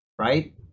Right